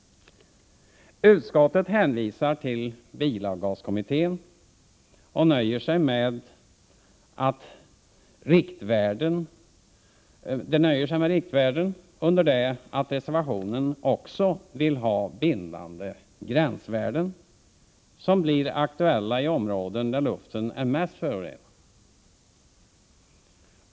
Utskottet hänvisar till bilavgaskommittén och nöjer sig med riktvärden, under det att reservanterna också vill ha bindande gränsvärden, som blir aktuella i områden där luften är mest förorenad.